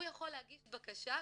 הוא יכול להגיש בקשה,